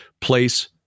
Place